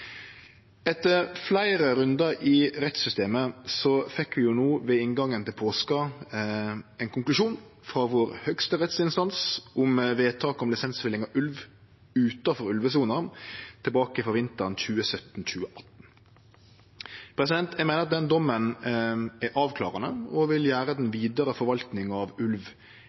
Etter fleire rundar i rettssystemet fekk vi no ved inngangen til påska ein konklusjon frå den høgste rettsinstansen vår om eit vedtak om lisensfelling av ulv utanfor ulvesona, tilbake frå vinteren 2017/2018. Eg meiner at den dommen er avklarande og vil gjere den vidare forvaltinga av ulv